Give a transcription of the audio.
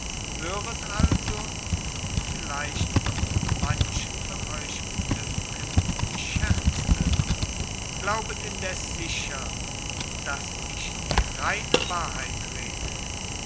höret also und vielleicht wird manchen von euch bedünken ich scherzte glaubet indes sicher daß ich die reine wahrheit rede